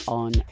on